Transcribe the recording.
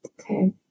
okay